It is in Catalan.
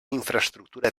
infraestructura